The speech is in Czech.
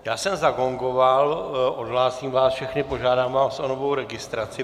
Já jsem zagongoval, odhlásím vás všechny, požádám vás o novou registraci.